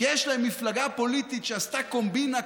כי יש להם מפלגה פוליטית שעשתה קומבינה,